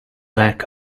lack